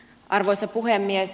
arvoisa puhemies